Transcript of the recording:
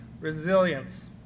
resilience